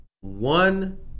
one